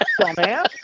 dumbass